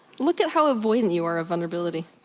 look at how avoidant you are of vulnerability.